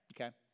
Okay